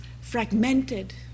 fragmented